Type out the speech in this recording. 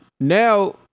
now